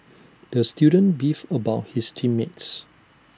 the student beefed about his team mates